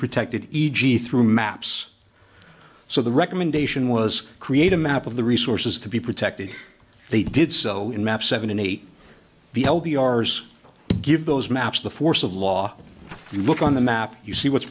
protected e g through maps so the recommendation was create a map of the resources to be protected they did so in maps seven and eight the hell the r s give those maps the force of law look on the map you see what's